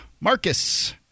Marcus